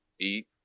eat